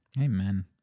Amen